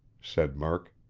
said murk.